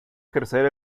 ejercer